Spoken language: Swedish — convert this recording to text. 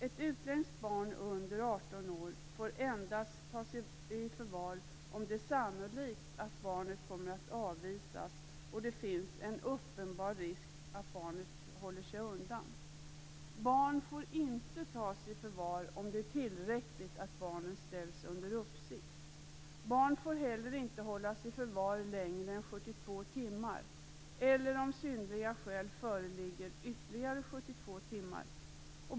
Ett utländskt barn under 18 år får tas i förvar endast om det är sannolikt att barnet kommer att avvisas och om det finns en uppenbar risk att barnet håller sig undan. Barn får inte tas i förvar om det är tillräckligt att barnen ställs under uppsikt. Barn får inte heller hållas i förvar längre än 72 timmar, eller om synnerliga skäl föreligger i ytterligare 72 timmar.